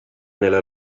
nella